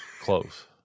close